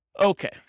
Okay